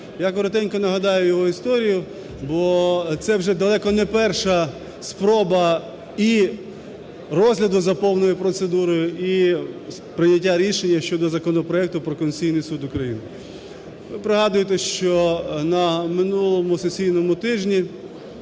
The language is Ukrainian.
Я коротенько нагадаю його історію, бо це вже далеко не перша спроба і розгляду за повною процедурою, і прийняття рішення щодо законопроекту про Конституційний Суд України. Пригадуєте, що на минулому сесійному тижні